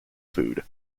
food